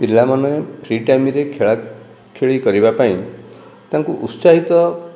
ପିଲାମାନେ ଫ୍ରି ଟାଇମରେ ଖେଳାଖେଳି କରିବା ପାଇଁ ତାଙ୍କୁ ଉତ୍ସାହିତ